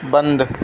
بند